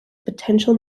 potential